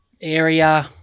area